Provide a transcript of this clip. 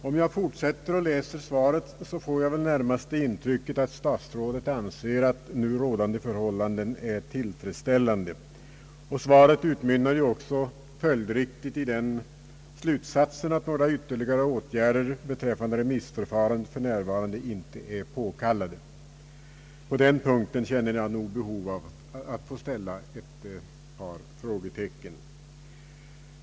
Av svarets fortsättning får jag närmast det in trycket, att statsrådet anser nu rådande förhållanden tillfredsställande, och det utmynnar också följdriktigt i slutsatsen att några ytterligare åtgärder beträffande remissförfarandet för närvarande inte är påkallade. På den punkten känner jag behov av att sätta ett par frågetecken.